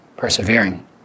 persevering